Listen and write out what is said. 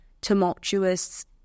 tumultuous